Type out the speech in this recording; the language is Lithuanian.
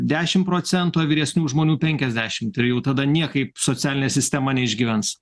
dešimt procentų o vyresnių žmonių penkiasdešimt tai jau tada niekaip socialinė sistema neišgyvens